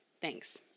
Thanks